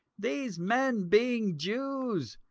these men, being jews,